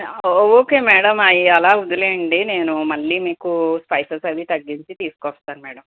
ఓ okay madam అవి అలా వదిలేయండి నేను మళ్ళీ మీకు స్పైసెస్ అవి తగ్గించి తీసుకొస్తాను మేడమ్